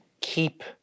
keep